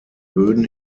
böden